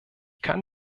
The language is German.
kann